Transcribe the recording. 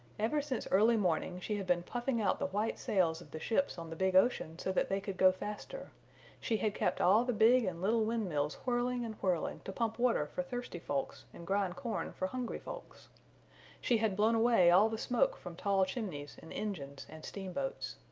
ever since early morning she had been puffing out the white sales of the ships on the big ocean so that they could go faster she had kept all the big and little wind mills whirling and whirling to pump water for thirsty folks and grind corn for hungry folks she had blown away all the smoke from tall chimneys and engines and steamboats.